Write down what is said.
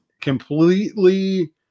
completely